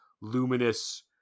luminous